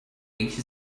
یکی